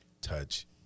touch